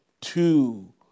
two